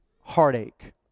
heartache